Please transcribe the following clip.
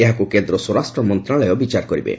ଏହାକୁ କେନ୍ଦ ସ୍ୱରାଷ୍ଟ୍ର ମନ୍ତଶାଳୟ ବିଚାର କରିବେ